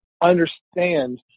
understand